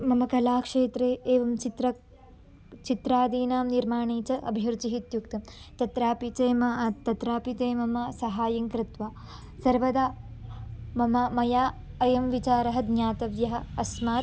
मम कलाक्षेत्रे एवं चित्रं चित्रादीनां निर्माणे च अभिरुचिः इत्युक्तं तत्रापि च मम तत्रापि ते मम सहायं कृत्वा सर्वदा मम मया अयं विचारः ज्ञातव्यः अस्मात्